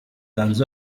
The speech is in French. dans